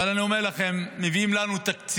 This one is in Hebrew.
אבל אני אומר לכם: מביאים לנו תקציב